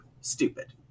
stupid